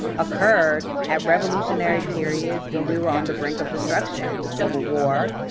occurred at revolutionary periods when we were on the brink of destruction. the civil war